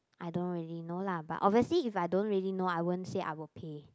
I don't really know lah but obviously if I don't really know I won't say I will pay